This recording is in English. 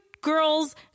girls